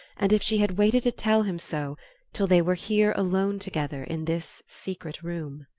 and if she had waited to tell him so till they were here alone together in this secret room?